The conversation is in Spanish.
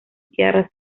tierras